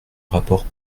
rapport